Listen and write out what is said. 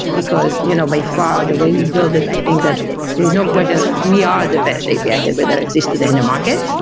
because you know by far the way we build it, i think that there's no question. we are the best api gateway that exist today in the market.